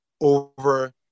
over